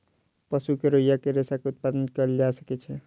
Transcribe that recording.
पशु के रोईँयाँ सॅ रेशा के उत्पादन कयल जा सकै छै